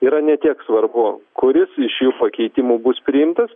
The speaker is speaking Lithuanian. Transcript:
yra ne tiek svarbu kuris iš jų pakeitimų bus priimtas